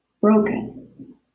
broken